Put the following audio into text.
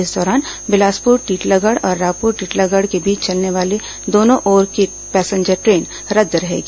इस दौरान बिलासपुर टिटलागढ़ और रायपुर टिटलागढ़ के बीच चलने वाली दोनों ओर की पैसेंजर ट्रेन रद्द रहेगी